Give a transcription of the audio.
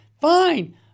fine